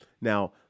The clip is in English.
Now